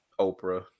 Oprah